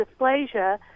dysplasia